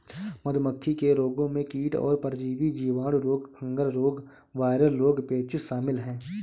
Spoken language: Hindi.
मधुमक्खी के रोगों में कीट और परजीवी, जीवाणु रोग, फंगल रोग, वायरल रोग, पेचिश शामिल है